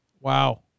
Wow